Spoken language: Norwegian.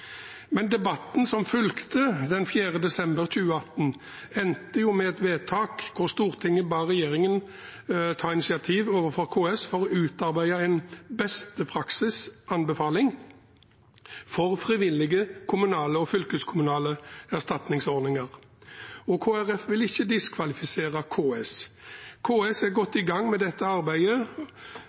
Men debatten som fulgte den 4. desember 2018, endte med et vedtak hvor Stortinget ba regjeringen «ta initiativ overfor KS for å utarbeide en beste praksis-anbefaling for frivillige kommunale og fylkeskommunale erstatningsordninger». Kristelig Folkeparti vil ikke diskvalifisere KS. KS er godt i gang med dette arbeidet,